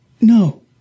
no